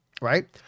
right